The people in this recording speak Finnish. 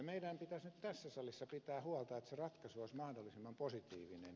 meidän pitäisi nyt tässä salissa pitää huolta että se ratkaisu olisi mahdollisimman positiivinen